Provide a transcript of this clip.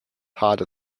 harder